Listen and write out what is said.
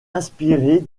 inspirée